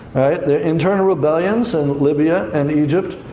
there are internal rebellions in libya and egypt,